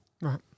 Right